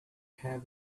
have